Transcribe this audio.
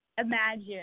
imagine